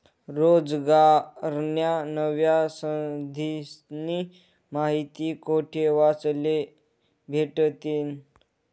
रोजगारन्या नव्या संधीस्नी माहिती कोठे वाचले भेटतीन?